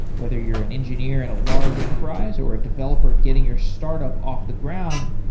whether you're an engineer at a large enterprise, or a developer getting your startup off the ground,